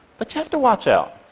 but you have to watch out,